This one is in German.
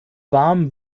warm